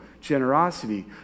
generosity